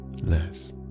less